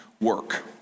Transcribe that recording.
work